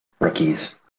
rookies